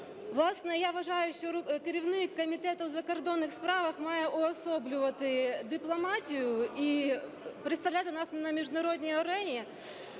Власне, я вважаю, що керівник Комітету у закордонних справах має уособлювати дипломатію і представляти нас на міжнародній арені.